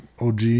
OG